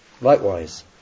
Likewise